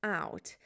out